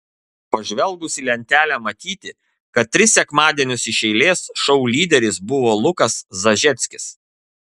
pažvelgus į lentelę matyti kad tris sekmadienius iš eilės šou lyderis buvo lukas zažeckis